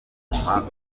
ibyuma